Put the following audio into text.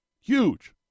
Huge